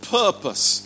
purpose